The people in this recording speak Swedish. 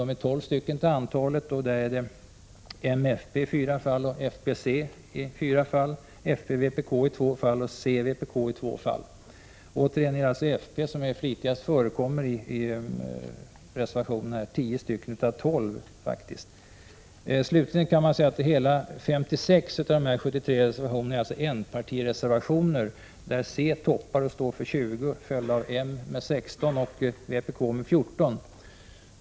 De är tolv till antalet: fyra m + fp, fyra fp + c, två fp + vpk och två c + vpk. Återigen är det alltså fp som flitigast förekommer i reservationerna, 10 reservationer av 12. Sedan kan noteras att hela 56 av de 73 reservationerna är enpartireservationer, där c toppar och står för 20, följt av m med 16 och vpk med 14.